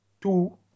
two